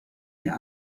der